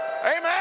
Amen